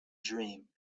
dream